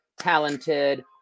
talented